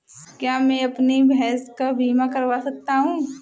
क्या मैं अपनी भैंस का बीमा करवा सकता हूँ?